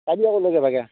যাবি আকৌ লগে ভাগে